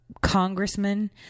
congressman